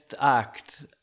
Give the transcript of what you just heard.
act